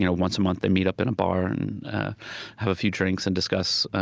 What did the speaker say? you know once a month they meet up in a bar, and have a few drinks, and discuss